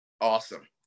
Awesome